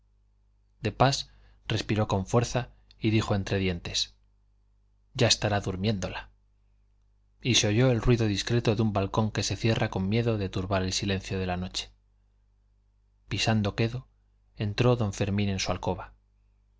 de pas respiró con fuerza y dijo entre dientes ya estará durmiéndola y se oyó el ruido discreto de un balcón que se cierra con miedo de turbar el silencio de la noche pisando quedo entró don fermín en su alcoba